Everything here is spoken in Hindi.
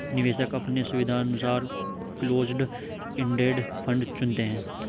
निवेशक अपने सुविधानुसार क्लोस्ड इंडेड फंड चुनते है